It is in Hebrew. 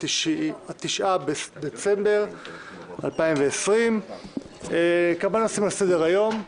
9 בדצמבר 2020. כמה נושאים על סדר היום.